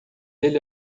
ele